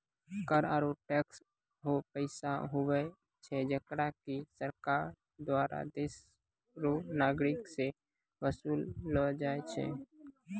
कर आरू टैक्स हौ पैसा हुवै छै जेकरा की सरकार दुआरा देस रो नागरिक सं बसूल लो जाय छै